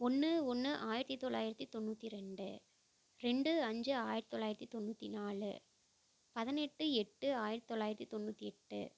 ஒன்று ஒன்று ஆயிரத்தி தொள்ளாயிரத்தி தொண்ணூற்றி ரெண்டு ரெண்டு அஞ்சு ஆயிரத்தி தொள்ளாயிரத்தி தொண்ணூற்றி நாலு பதினெட்டு எட்டு ஆயிரத்தி தொள்ளாயிரத்தி தொண்ணூற்றி எட்டு